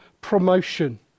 promotion